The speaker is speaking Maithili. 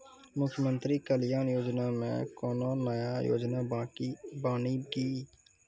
मुख्यमंत्री कल्याण योजना मे कोनो नया योजना बानी की?